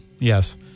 Yes